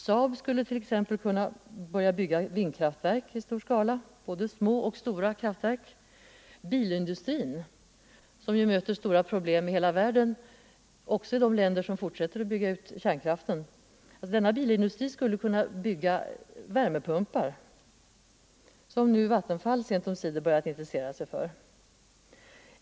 SAAB skulle t.ex. kunna börja bygga vindkraftverk i stor skala, både små och stora kraftverk. Bilindustrin som i hela världen möter stora problem — även i de länder som fortsätter att bygga ut kärnkraften — skulle kunna börja bygga värmepumpar, något som Vattenfall nu sent om sider börjat intressera sig för.